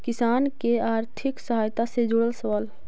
किसान के आर्थिक सहायता से जुड़ल सवाल?